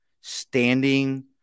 standing